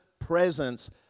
presence